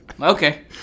Okay